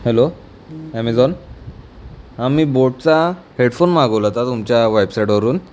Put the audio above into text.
hello Amazon हां मी बोटचा हेडफोन मागवला होता तुमच्या वेबसाइटवरून